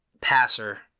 passer